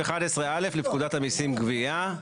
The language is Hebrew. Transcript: הקרקע לפי סעיף 11(א) לפקודת המיסים (גבייה).